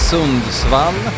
Sundsvall